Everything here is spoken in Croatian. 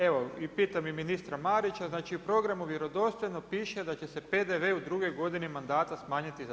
Evo pitam i ministra Marića, znači u programu vjerodostojno piše, da će se PDV u drugoj godini mandata smanjiti za 1%